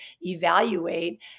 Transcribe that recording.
evaluate